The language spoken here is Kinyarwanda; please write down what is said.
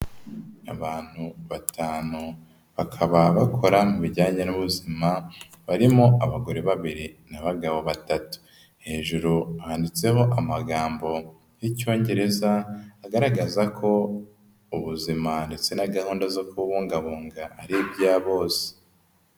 Abantu batanu bakaba bakora mu bijyanye n'ubuzima, barimo abagore babiri n'abagabo batatu, hejuru handitseho amagambo y'Icyongereza agaragaza ko ubuzima ndetse na gahunda zo kububungabunga ari ibya bose.